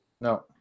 No